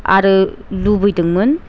आरो लुबैदोंमोन